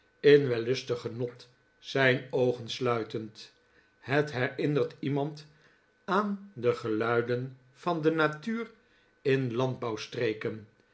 in wellustig genot zijn oogen sluitend het herinnert iemand aan de geluiden van de natuur in landbouw streken